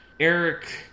Eric